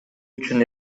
үчүн